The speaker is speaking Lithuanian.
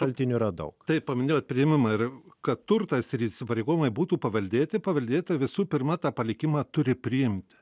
šaltiniu radau tai paminėjo priėmimą ir kad turtas ir įsipareigojimai būtų paveldėti paveldėta visų pirma tą palikimą turi priimti